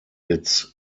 its